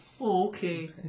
okay